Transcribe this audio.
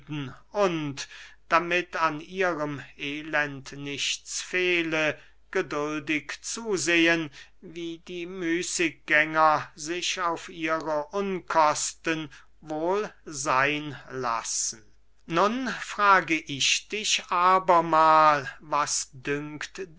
und damit an ihrem elend nichts fehle geduldig zusehen wie die müßiggänger sich auf ihre unkosten wohl seyn lassen nun frage ich dich abermahl was dünkt